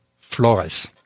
Flores